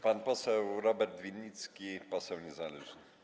Pan poseł Robert Winnicki, poseł niezależny.